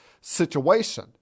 situation